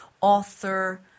author